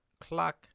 clock